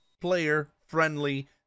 player-friendly